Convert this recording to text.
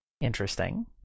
interesting